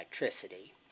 electricity